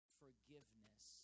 forgiveness